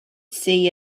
see